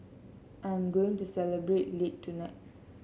I am going to celebrate late tonight